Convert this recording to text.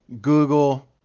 google